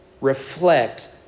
reflect